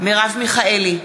מרב מיכאלי,